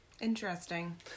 Interesting